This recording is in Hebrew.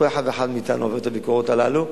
כל אחד מאתנו עבר את הביקורת הזאת.